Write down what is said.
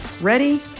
Ready